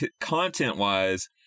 content-wise